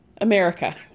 America